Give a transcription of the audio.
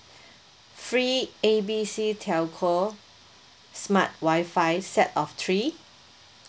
free A B C telco smart wifi set of three